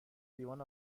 لیوان